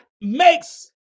makes